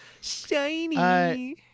shiny